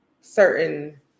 certain